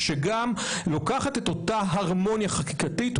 שגם לוקחת את אותה הרמוניה חקיקתית,